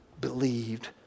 believed